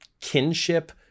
kinship